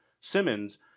Simmons